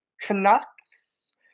Canucks